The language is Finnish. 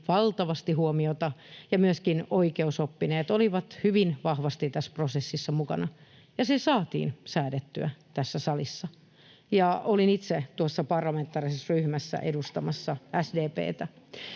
valtavasti huomiota, ja myöskin oikeusoppineet olivat hyvin vahvasti tässä prosessissa mukana, ja se saatiin säädettyä tässä salissa. Olin itse tuossa parlamentaarisessa ryhmässä edustamassa SDP:tä.